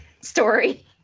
story